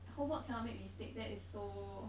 homework cannot make mistake that is so